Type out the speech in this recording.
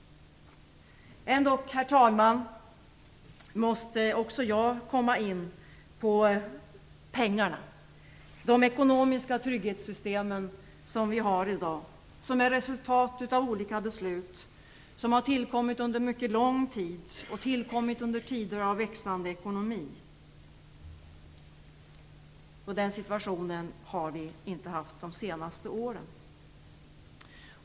Ändock, herr talman, måste också jag komma in på pengarna, de ekonomiska trygghetssystem som vi har i dag. Dessa är resultat av olika beslut och har tillkommit under mycket lång tid och i tider av växande ekonomi, och den situationen har vi inte haft under de senaste åren.